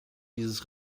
dieses